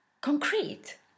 concrete